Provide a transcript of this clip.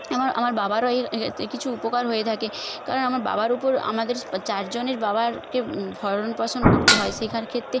এবং আমার বাবারও এই এই তে কিছু উপকার হয়ে থাকে কারণ আমার বাবার উপর আমাদের চারজনের বাবারকে ভরণপোষণ করতে হয় শেখার ক্ষেত্রে